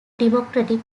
democratic